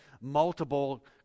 multiple